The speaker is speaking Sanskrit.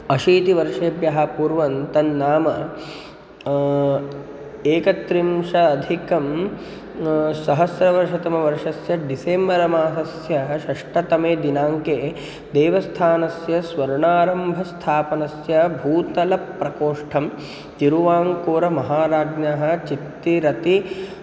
अशीतिवर्षेभ्यः पूर्वं तन्नाम एकत्रिंशाधिकं सहस्रतमवर्षस्य डिसेम्बर मासस्य षष्ठतमे दिनाङ्के देवस्थानस्य स्वर्णारम्भस्थापनस्य भूतलप्रकोष्ठं तिरुवाङ्कुरमहाराज्ञः चित्तिरति